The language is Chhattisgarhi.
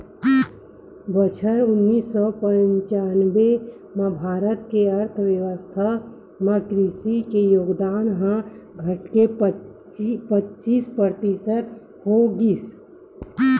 बछर उन्नीस सौ पंचानबे म भारत के अर्थबेवस्था म कृषि के योगदान ह घटके पचीस परतिसत हो गिस